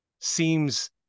seems